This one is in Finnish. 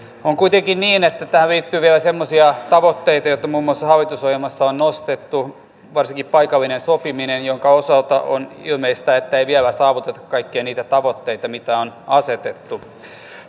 on kuitenkin niin että tähän liittyy vielä semmoisia tavoitteita joita muun muassa hallitusohjelmassa on nostettu varsinkin paikallinen sopiminen jonka osalta on ilmeistä että ei vielä saavuteta kaikkia niitä tavoitteita mitä on asetettu